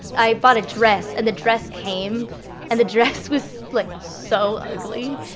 i bought a dress, and the dress came and the dress was, like, so ugly.